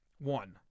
One